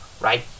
right